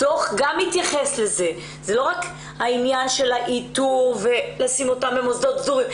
זה לא רק העניין של האיתור ולשים אותן במוסדות סגורים,